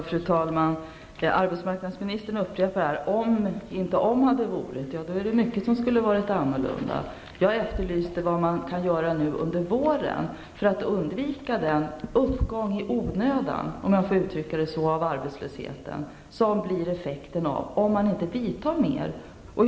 Fru talman! Arbetsmarknadsministern upprepar att mycket skulle ha varit annorlunda om inte om hade varit. Jag efterlyste åtgärder som kan vidtas nu under våren för att vi skall undvika den ''uppgång i onödan'' av arbetslösheten som blir effekten om man inte vidtar åtgärder.